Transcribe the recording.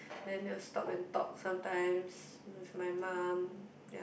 then they will stop and talk sometimes with my mum